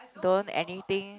don't anything